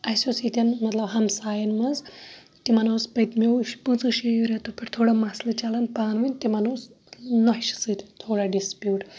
اَسہِ اوس ییٚتٮ۪ن مَطلَب ہَمسایَن مَنٛز تِمَن اوس پٔتۍمیٚو پانٛژَو شےٚیو ریٔتو پیٹھِ تھوڑا مَسلہِ چَلان پانہٕ ونۍ تِمَن اوس نۄشہِ سۭتۍ تھوڑا ڈِسپیوٗٹ